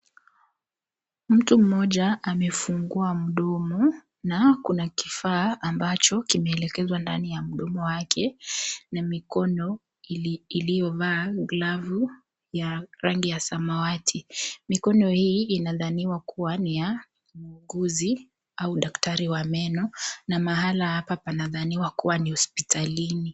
Mtu mmoja amefungua mdomo na kuna kifaa ambacho kilioelekezwa ndani ya mdomo na mikono iliyovaa glavu rangi ya samawati mkono huu inadhaniwa kuwa wa muuguzi au daktari wa meno na mahala hapa panadhaniwa kuwa ni hosiptalini.